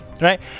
right